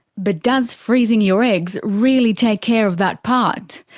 but does freezing your eggs really take care of that part?